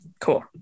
Cool